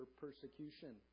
persecution